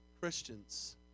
Christians